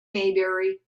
maybury